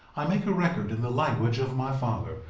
i make a record in the language of my father,